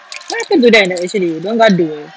what happened to them ah actually dia orang gaduh